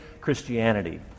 Christianity